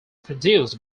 produced